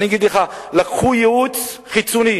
לקחו ייעוץ חיצוני